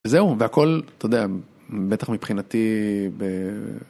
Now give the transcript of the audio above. זהו והכל אתה יודע בטח מבחינתי...